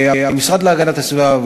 המשרד להגנת הסביבה,